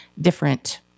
different